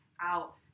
out